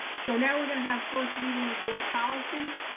so now we're gonna have first reading of board policies.